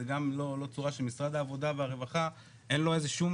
זה גם לא צורה שמשרד העבודה והרווחה אין לו שום